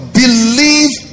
believe